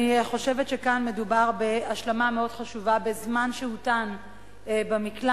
אני חושבת שכאן מדובר בהשלמה מאוד חשובה בזמן שהותן במקלט.